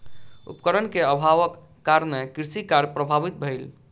उपकरण के अभावक कारणेँ कृषि कार्य प्रभावित भेल